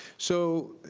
so,